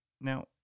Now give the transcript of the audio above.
Now